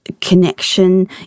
connection